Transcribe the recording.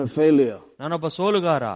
failure